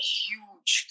huge